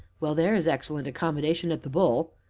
well, there is excellent accommodation at the bull.